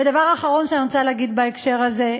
ודבר אחרון שאני רוצה להגיד בהקשר הזה,